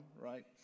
right